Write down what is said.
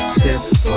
simple